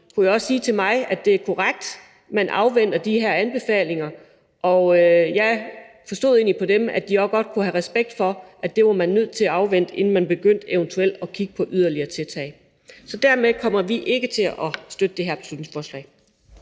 kunne også sige til mig, at det er korrekt, at man afventer de her anbefalinger, og jeg forstod egentlig på dem, at de også godt kunne have respekt for, at det var man nødt til at afvente, inden man eventuelt begyndte at kigge på yderligere tiltag. Dermed kommer vi ikke til at støtte det her beslutningsforslag.